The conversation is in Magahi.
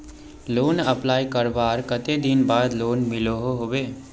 लोन अप्लाई करवार कते दिन बाद लोन मिलोहो होबे?